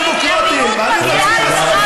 שהוא חוק גזעני בבסיסו,